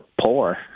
poor